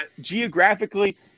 Geographically